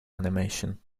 animation